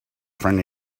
friend